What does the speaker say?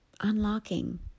unlocking